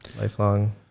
Lifelong